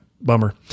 Bummer